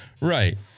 Right